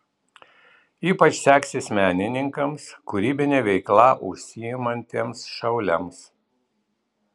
ypač seksis menininkams kūrybine veikla užsiimantiems šauliams